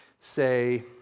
say